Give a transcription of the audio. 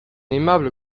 aimable